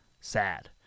sad